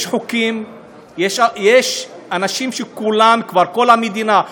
כל המדינה,